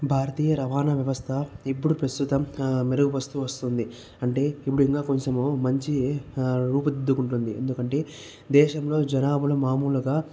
భారతీయ రవాణా వ్యవస్థ ఇప్పుడు ప్రస్తుతం మెరుగుపరుస్తు వస్తుంది అంటే ఇప్పుడు ఇంకా కొంచెం మంచి రూపుదిద్దుకుంటుంది ఎందుకంటే దేశంలో జనాభాలు మామూలుగా